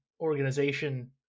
organization